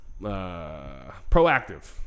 proactive